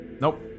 Nope